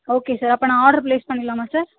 okay sir அப்போ நான் order place பண்ணிடலாமா சார்